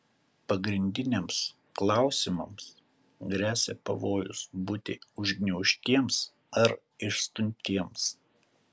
pagrindiniams klausimams gresia pavojus būti užgniaužtiems ar išstumtiems